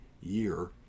year